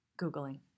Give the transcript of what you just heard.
Googling